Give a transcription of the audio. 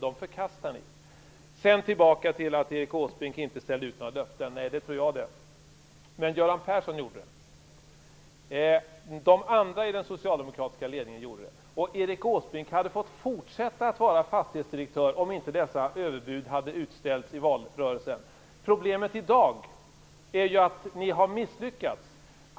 Erik Åsbrink ställde inte ut några löften. Nej, det tror jag det. Men Göran Persson gjorde det. De andra i den socialdemokratiska ledningen gjorde det. Och Erik Åsbrink hade fått fortsätta att vara fastighetsdirektör om inte dessa överbud hade utställts i valrörelsen. Problemet i dag är ju att ni har misslyckats.